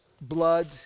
blood